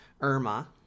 Irma